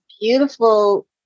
beautiful